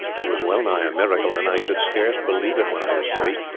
it was well-nigh a miracle, and i could scarce believe it when i was free.